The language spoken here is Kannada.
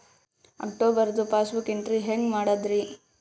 ಅಕ್ಟೋಬರ್ದು ಪಾಸ್ಬುಕ್ ಎಂಟ್ರಿ ಹೆಂಗ್ ಮಾಡದ್ರಿ?